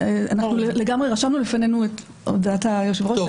לגמרי רשמנו לפנינו את הודעת היושב-ראש.